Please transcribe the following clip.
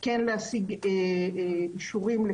נכון להיום יש ארגונים בודדים,